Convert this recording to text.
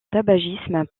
tabagisme